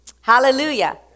hallelujah